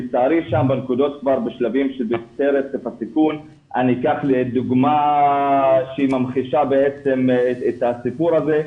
אני אקח דוגמא שממחישה בעצם את הסיפור הזה.